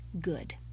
good